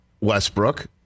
Westbrook